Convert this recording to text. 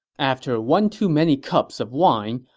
after one too many cups of wine,